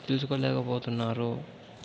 తెలుసుకోలేకపోతున్నారు